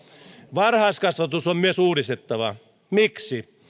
varhaiskasvatus on myös uudistettava miksi